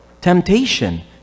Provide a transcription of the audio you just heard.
temptation